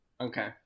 Okay